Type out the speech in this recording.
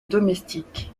domestiques